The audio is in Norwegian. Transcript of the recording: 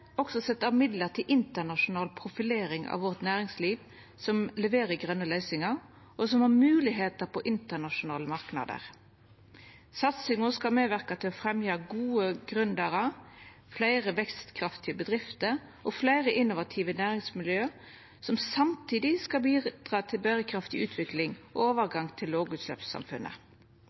også sett av midlar til internasjonal profilering av næringslivet som leverer grøne løysingar, og som har moglegheiter på internasjonale marknader. Satsinga skal medverka til å fremja gode gründerar, fleire vekstkraftige bedrifter og fleire innovative næringsmiljø, som samtidig skal bidra til berekraftig utvikling og overgang til lågutsleppssamfunnet.